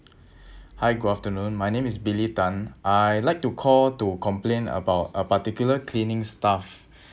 hi good afternoon my name is billy tan I like to call to complain about a particular cleaning staff